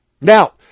Now